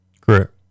Correct